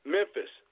Memphis